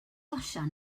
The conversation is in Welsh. osian